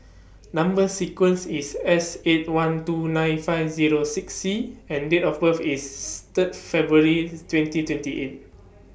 Number sequence IS S eight one two nine five Zero six C and Date of birth IS Third February twenty twenty eight